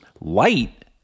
light